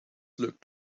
looked